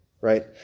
right